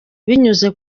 binyuze